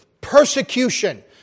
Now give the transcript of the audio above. persecution